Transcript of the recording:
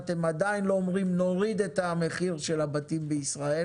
אתם עדיין לא אומרים: נוריד את מחיר הבתים בישראל.